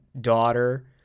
daughter